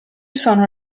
sono